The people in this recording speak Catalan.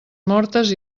mortes